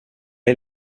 est